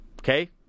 Okay